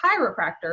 chiropractor